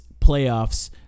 playoffs